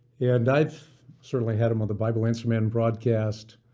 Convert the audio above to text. and i've certainly had him of the bible answer man broadcast.